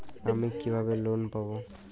আমি কিভাবে লোন পাব?